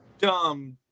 dumb